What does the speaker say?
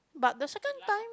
but the second time